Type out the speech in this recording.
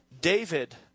David